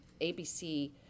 ABC